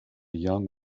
young